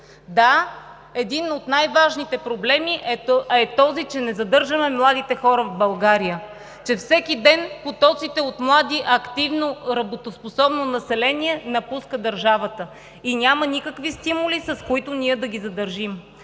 Да, един от най-важните проблеми е този, че не задържаме младите хора в България, че всеки ден потоците от младо, активно работоспособно население напускат държавата и няма никакви стимули, с които ние да ги задържим.